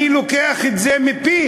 אני לוקח את זה מפיך,